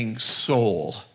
soul